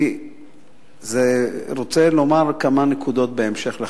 אני רוצה לומר כמה נקודות בהמשך לכך: